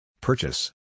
Purchase